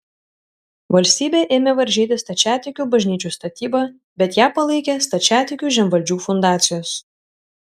valstybė ėmė varžyti stačiatikių bažnyčių statybą bet ją palaikė stačiatikių žemvaldžių fundacijos